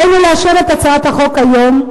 עלינו לשנות את החוק היום,